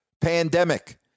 pandemic